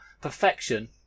perfection